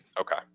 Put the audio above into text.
Okay